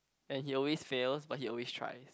and he always fails but he always tries